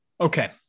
Okay